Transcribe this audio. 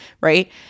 right